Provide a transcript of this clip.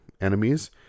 enemies